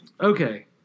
Okay